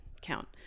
count